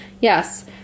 Yes